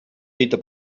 dita